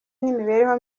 n’imibereho